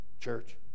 Church